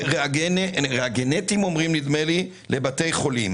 ראגנטים לבתי חולים.